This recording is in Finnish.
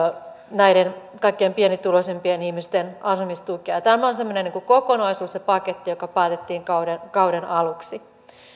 näiden kaikkein pienituloisimpien ihmisten asumistukea tämä on semmoinen kokonaisuus ja paketti joka päätettiin kauden kauden aluksi